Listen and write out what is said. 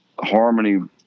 Harmony